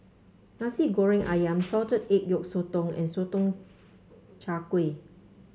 Nasi Goreng ayam Salted Egg Yolk Sotong and Sotong Char Kway